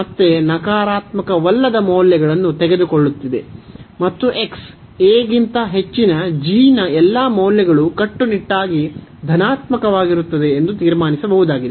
ಮತ್ತೆ ನಕಾರಾತ್ಮಕವಲ್ಲದ ಮೌಲ್ಯಗಳನ್ನು ತೆಗೆದುಕೊಳ್ಳುತ್ತಿದೆ ಮತ್ತು a ಗಿಂತ ಹೆಚ್ಚಿನ ನ ಎಲ್ಲ ಮೌಲ್ಯಗಳು ಕಟ್ಟುನಿಟ್ಟಾಗಿ ಧನಾತ್ಮಕವಾಗಿರುತ್ತದೆ ಎಂದು ತಿರ್ಮಾನಿಸಬಹುದಾಗಿದೆ